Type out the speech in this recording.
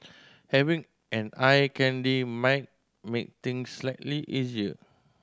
having an eye candy might make things slightly easier